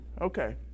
okay